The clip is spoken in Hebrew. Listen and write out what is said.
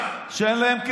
תן לי לדבר.